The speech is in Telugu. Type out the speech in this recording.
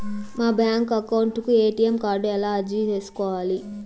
మా బ్యాంకు అకౌంట్ కు ఎ.టి.ఎం కార్డు ఎలా అర్జీ సేసుకోవాలి?